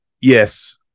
yes